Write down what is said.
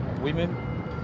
women